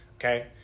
okay